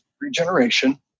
regeneration